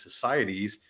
societies